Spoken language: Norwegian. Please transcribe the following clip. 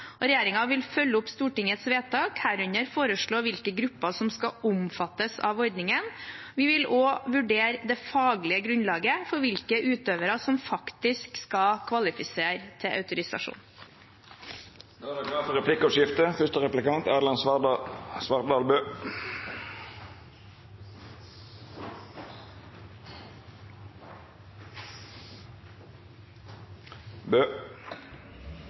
og regjeringen vil følge opp Stortingets vedtak, herunder foreslå hvilke grupper som skal omfattes av ordningen. Vi vil også vurdere det faglige grunnlaget for hvilke utøvere som faktisk skal kvalifisere til autorisasjon. Det vert replikkordskifte. Det